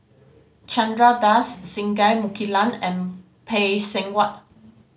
Chandra Das Singai Mukilan and Phay Seng Whatt